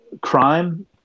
crime